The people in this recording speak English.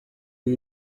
you